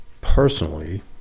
personally